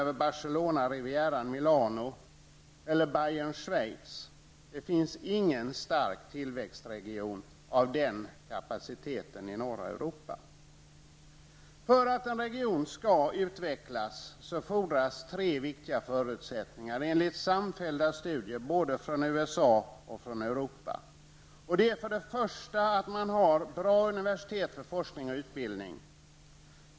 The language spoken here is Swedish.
Det finns i norra Europa inte någon stark tillväxtregion av den kapaciteten. För att en region skall utvecklas fordras enligt samfällda studier utförda både i USA och i Europa tre viktiga förutsättningar. För det första måste man ha bra universitet för forskning och utbildning.